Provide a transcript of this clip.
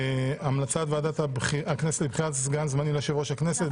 המלצת ועדת הכנסת לבחירת סגן זמני ליושב-ראש הכנסת.